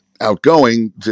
outgoing